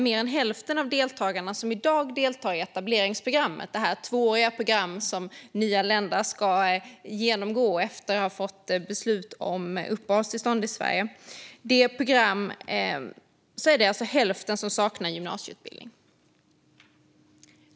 Mer än hälften av dem som i dag deltar i etableringsprogrammet, det tvååriga program som nyanlända ska genomgå efter beslut om uppehållstillstånd i Sverige, saknar gymnasieutbildning.